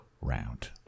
round